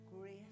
grace